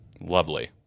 Lovely